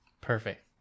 Perfect